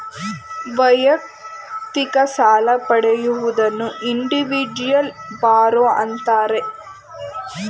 ವೈಯಕ್ತಿಕ ಸಾಲ ಪಡೆಯುವುದನ್ನು ಇಂಡಿವಿಜುವಲ್ ಬಾರೋ ಅಂತಾರೆ